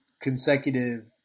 consecutive